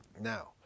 Now